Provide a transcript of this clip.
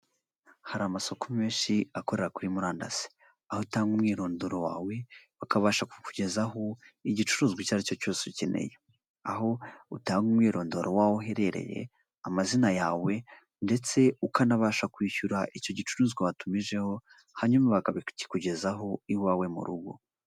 Hari amasoko menshi akorera kuri murandasi, aho utanga umwirondoro wawe bakabasha kukugezaho igicuruzwa icyo ari cyo cyose ukeneye, aho utanga umwirondoro waho uherereye, amazina yawe ndetse ukanabasha kwishyura icyo gicuruzwa watumijeho hanyuma bakabikugezaho iwawe mu rugo.